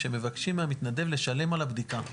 שמבקשים מהמתנדב לשלם על הבדיקה.